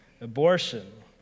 Abortion